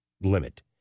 limit